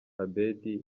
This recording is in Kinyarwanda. abeddy